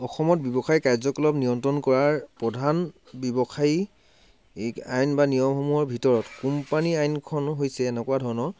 অসমত ব্যৱসায়ী কাৰ্যকলাপ নিয়ন্ত্ৰণ কৰাৰ প্ৰধান ব্যৱসায়ী এই আইন বা নিয়মসমূহৰ ভিতৰত কোম্পানী আইনখন হৈছে এনেকুৱা ধৰণৰ